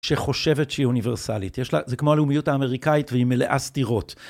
שחושבת שהיא אוניברסלית, יש לה, זה כמו הלאומיות האמריקאית והיא מלאה סתירות.